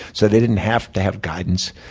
so they didn't have to have guidance.